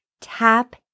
Tap